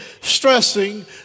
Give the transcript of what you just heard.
stressing